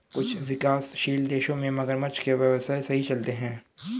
कुछ विकासशील देशों में मगरमच्छ के व्यवसाय सही चलते हैं